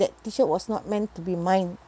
that T shirt was not meant to be mine